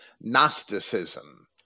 Gnosticism